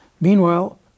Meanwhile